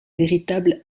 véritable